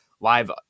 live